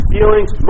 Feelings